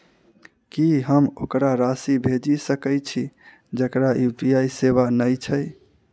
की हम ओकरा राशि भेजि सकै छी जकरा यु.पी.आई सेवा नै छै?